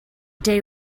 day